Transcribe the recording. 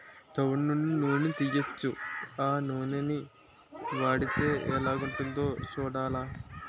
తవుడు నుండి నూనని తీయొచ్చు ఆ నూనని వాడితే ఎలాగుంటదో సూడాల